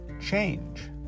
change